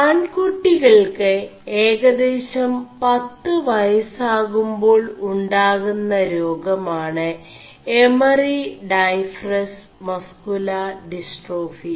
ആൺകുƒികൾ ് ഏകേദശം 10 വയസാകുേ2ാൾ ഉാകുM േരാഗമാണ് എമറി ൈ4ഡഫസ്മസ് ുലാർ ഡിസ്േ4ടാഫി